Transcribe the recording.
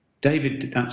David